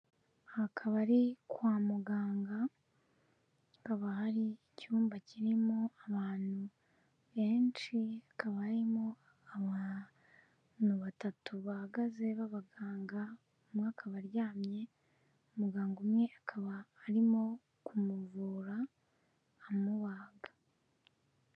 Aha akaba ari kwa muganga, hakaba hari icyumba kirimo abantu benshi, hakaba harimo abantu batatu bahagaze b'abaganga, umwe akaba aryamye, muganga umwe akaba arimo kumuvura amubaga.